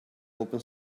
open